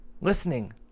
listening